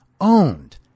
owned